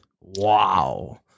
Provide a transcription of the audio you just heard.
wow